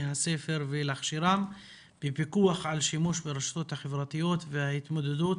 הספר ולהכשירם לפיקוח על שימוש ברשתות החברתיות וההתמודדות